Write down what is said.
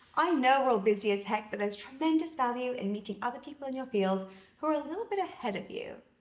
i know we're busy as heck, but there's tremendous value in meeting other people in your field who are a little bit ahead of you.